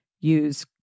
Use